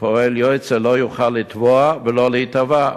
וכפועל יוצא לא יוכל לתבוע ולא להיתבע,